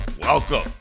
welcome